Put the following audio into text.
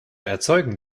erzeugen